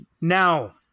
now